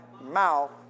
mouth